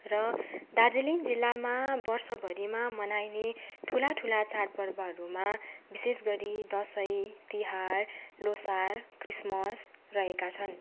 र दार्जिलिङ जिल्लामा वर्षभरिमा मनाइने ठुला ठुला चाडपर्वहरूमा विशेष गरी दसैँ तिहार लोसार क्रिसमस रहेका छन्